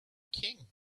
king